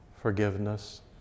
forgiveness